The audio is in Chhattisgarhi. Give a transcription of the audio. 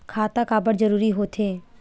खाता काबर जरूरी हो थे?